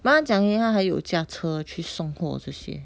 but 他讲 eh 他还有驾车送货这些